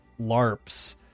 LARPs